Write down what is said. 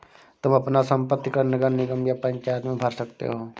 तुम अपना संपत्ति कर नगर निगम या पंचायत में भर सकते हो